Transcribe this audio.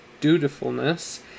dutifulness